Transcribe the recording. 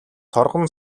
торгон